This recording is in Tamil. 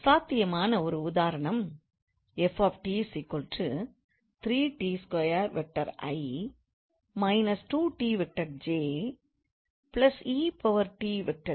சாத்தியமான ஒரு உதாரணம் 𝑓𝑡 3𝑡2𝑖̂ − 2𝑡𝑗̂ 𝑒𝑡𝑘̂